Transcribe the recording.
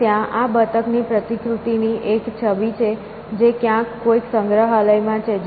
અને ત્યાં આ બતકની પ્રતિકૃતિની એક છબી છે જે ક્યાંક કોઈક સંગ્રહાલયમાં છે